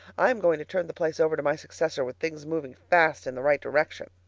i am going to turn the place over to my successor with things moving fast in the right direction.